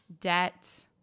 debt